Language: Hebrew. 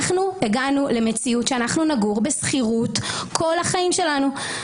אנחנו הגענו למציאות שנגור בשכירות כל החיים שלנו.